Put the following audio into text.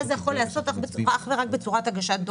ואז זה יכול להיעשות אך ורק בצורת הגשת דוח